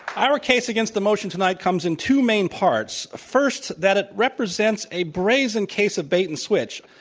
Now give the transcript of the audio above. our case against the motion tonight comes in two main parts, first that it represents a brazen case of bait and switch.